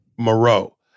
Moreau